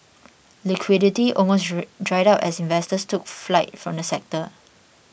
liquidity almost dried up as investors took flight from the sector